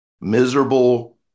miserable